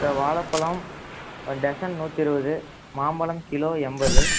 sir வாழைப்பலம் dozen நூற்றி இருபது மாம்பழம் கிலோ எண்பது